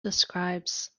describes